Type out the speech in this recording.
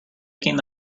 shaking